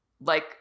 like-